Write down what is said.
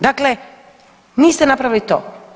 Dakle, niste napravili to.